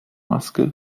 maske